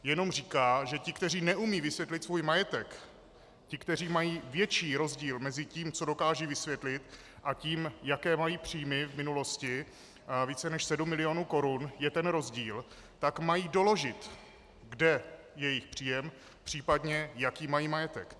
Jenom říká, že ti, kteří neumějí vysvětlit svůj majetek, ti, kteří mají větší rozdíl mezi tím, co dokážou vysvětlit, a tím, jaké mají příjmy v minulosti, více než sedm milionů korun je ten rozdíl, tak mají doložit, kde je jejich příjem, případně jaký mají majetek.